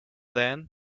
then